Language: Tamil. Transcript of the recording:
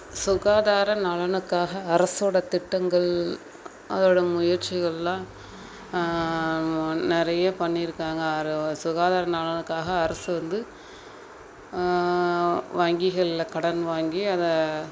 சுகாதார நலனுக்காக அரசோடய திட்டங்கள் அதோடய முயற்சிகள்லாம் நிறையா பண்ணியிருக்காங்க அர சுகாதார நலனுக்காக அரசு வந்து வங்கிகள்ல கடன் வாங்கி அதை